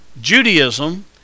Judaism